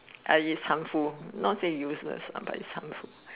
uh it's harmful not say useless but it's harmful